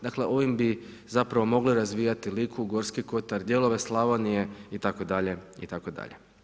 Dakle, ovim bi zapravo mogle razvijati Liku, Gorski Kotar, dijelove Slavonije itd., itd.